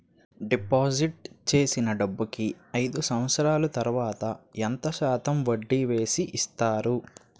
Deposit చేసిన డబ్బుకి అయిదు సంవత్సరాల తర్వాత ఎంత శాతం వడ్డీ వేసి ఇస్తారు?